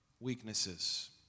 weaknesses